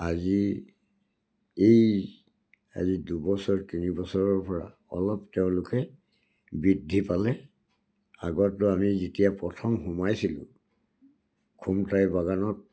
আজি এই আজি দুবছৰ তিনি বছৰৰপৰা অলপ তেওঁলোকে বৃদ্ধি পালে আগতো আমি যেতিয়া প্ৰথম সোমাইছিলোঁ খোমটাই বাগানত